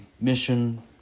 mission